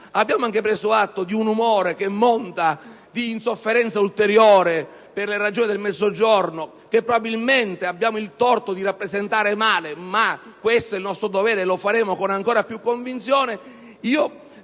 Abbiamo anche preso atto di un umore montante di insofferenza ulteriore per le Regioni del Mezzogiorno, che probabilmente abbiamo il torto di rappresentare male, ma questo è il nostro dovere e lo faremo con ancora più convinzione.